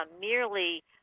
merely